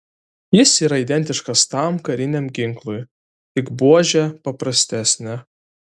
jis yra identiškas tam kariniam ginklui tik buožė paprastesnė